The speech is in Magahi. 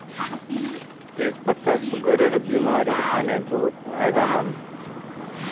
तेच पत्ता सुगरेर बिमारिर तने बहुत फायदामंद